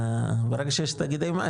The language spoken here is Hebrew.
לא רק שיש תאגידי מים,